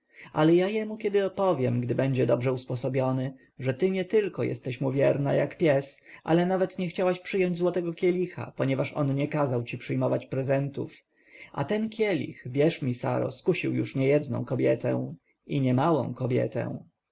ale ja jemu kiedy opowiem gdy będzie dobrze usposobiony że ty nietylko jesteś mu wierna jak pies ale nawet nie chciałaś przyjąć złotego kielicha ponieważ on nie kazał ci przyjmować prezentów a ten kielich wierz mi saro skusił już niejedną kobietę i niemałą kobietę